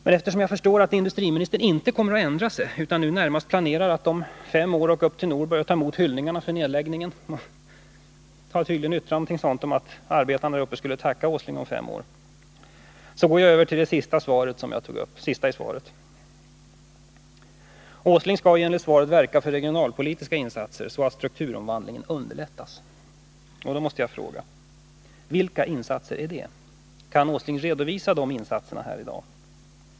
Eftersom jag förstår att industriministern inte kommer att ändra sig utan nu närmast planerar att om fem år åka upp till Norberg och ta emot hyllningarna för nedläggningen — han har tydligen uttryckt någonting om att arbetarna där uppe skulle tacka honom om fem år — så går jag till det sista i svaret som jag tog upp: Herr Åsling skall enligt svaret verka för regionalpolitiska insatser så att strukturomvandlingen underlättas. Och jag måste då fråga: Vilka insatser är det? Kan herr Åsling redovisa de här insatserna i dag?